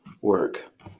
work